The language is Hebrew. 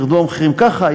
וירדו המחירים ככה.